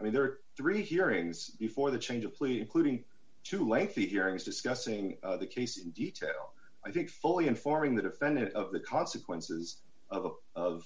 i mean there are three hearings before the change of plea leading to lengthy hearings discussing the case in detail i think fully informing the defendant of the consequences of of